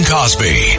Cosby